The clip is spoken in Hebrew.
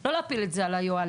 לא להפיל את זה על היוהל"מיות.